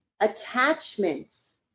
attachments